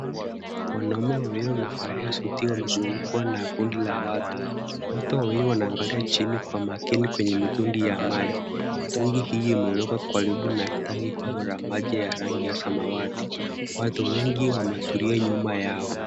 Wanaume wawili wamevalia suti wamezungukwa na kundi la watu. Wote wawili wanaangalia chini kwa makini kwenye mitungi ya maji. Mitungi hii imewekwa karibu na tanki kubwa la maji ya rangi ya samawati. Watu wengi wametulia nyuma yao.